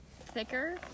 thicker